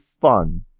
fun